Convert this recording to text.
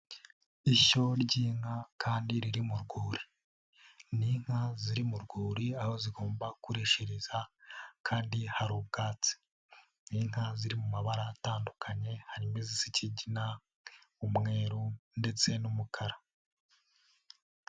Ishyo ry'inka kandi riri mu rwuri. Ni inka ziri mu rwuri aho zigomba kurishiriza kandi hari ubwatsi. Ni inka ziri mu mabara atandukanye harimo izisa: ikigina, umweru ndetse n'umukara.